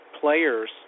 players